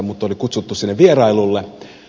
minut oli kutsuttu sinne vierailulle